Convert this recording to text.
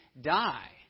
die